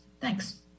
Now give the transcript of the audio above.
Thanks